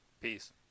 Peace